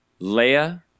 Leia